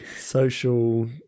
social